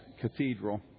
Cathedral